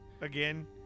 again